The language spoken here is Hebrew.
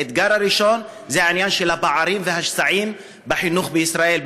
האתגר הראשון זה העניין של הפערים והשסעים בחינוך בישראל,